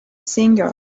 singer